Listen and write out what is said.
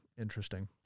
interesting